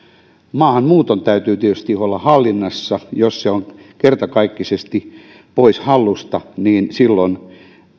maahanmuuton täytyy tietysti olla hallinnassa jos se on kertakaikkisesti pois hallusta silloin